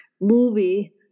movie